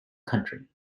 country